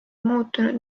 muutunud